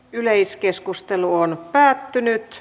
yleiskeskustelu päättyi